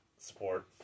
Support